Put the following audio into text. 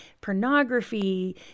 pornography